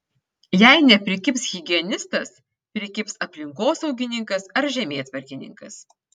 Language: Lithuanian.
jei neprikibs higienistas prikibs aplinkosaugininkas ar žemėtvarkininkas